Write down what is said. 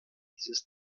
dieses